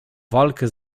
walkę